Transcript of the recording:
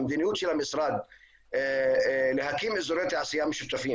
המדיניות של המשרד להקים אזורי תעשייה משותפים